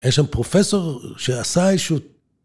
‫היה שם פרופסור שעשה איזשהו...